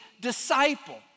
disciple